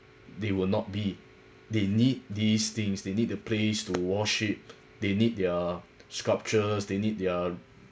they will not be they need these things they need the place to worship they need their sculptures they need their